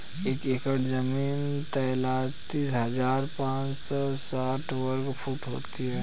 एक एकड़ जमीन तैंतालीस हजार पांच सौ साठ वर्ग फुट होती है